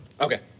Okay